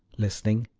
listening,